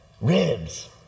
Ribs